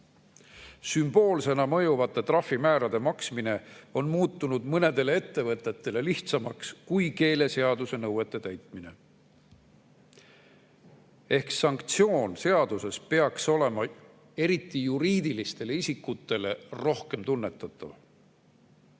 Sümboolsena mõjuvate trahvide maksmine on muutunud mõnedele ettevõtetele lihtsamaks kui keeleseaduse nõuete täitmine. Ehk sanktsioon seaduses peaks olema eriti juriidilistele isikutele rohkem tunnetatav.